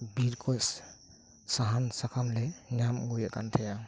ᱵᱤᱨᱠᱷᱚᱡ ᱥᱟᱦᱟᱱ ᱥᱟᱠᱟᱢᱞᱮ ᱧᱟᱢ ᱟᱹᱜᱩᱭᱮᱫ ᱠᱟᱱᱛᱟᱦᱮᱸᱜᱼᱟ